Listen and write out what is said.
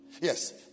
Yes